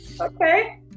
okay